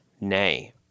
nay